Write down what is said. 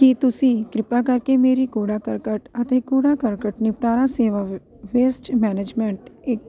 ਕੀ ਤੁਸੀਂ ਕਿਰਪਾ ਕਰਕੇ ਮੇਰੀ ਕੂੜਾ ਕਰਕਟ ਅਤੇ ਕੂੜਾ ਕਰਕਟ ਨਿਪਟਾਰਾ ਸੇਵਾ ਵੇਸਟ ਮੈਨੇਜਮੈਂਟ ਇੱਕ